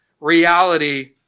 reality